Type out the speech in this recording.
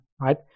right